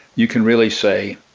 you can really say,